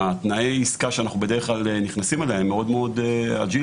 תנאי העסקה שאנחנו בדרך כלל נכנסים אליה הם מאוד מאוד אג'יליים.